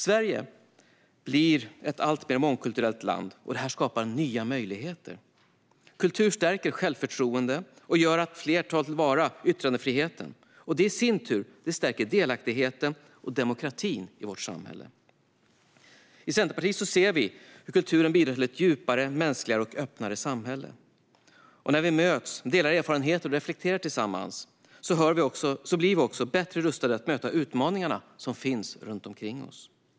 Sverige blir ett alltmer mångkulturellt land, och detta skapar nya möjligheter. Kultur stärker självförtroendet och gör att fler tar till vara yttrandefriheten. Detta i sin tur stärker delaktigheten och demokratin i vårt samhälle. I Centerpartiet ser vi hur kulturen bidrar till ett djupare, mänskligare och öppnare samhälle. När vi möts, delar erfarenheter och reflekterar tillsammans blir vi också bättre rustade att möta de utmaningar som finns omkring oss.